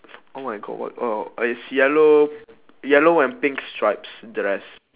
oh my god what oh is yellow yellow and pink stripes dress